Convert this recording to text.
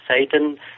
Satan